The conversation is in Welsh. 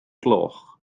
gloch